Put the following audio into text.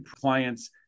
clients